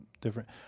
different